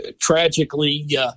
tragically